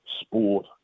sport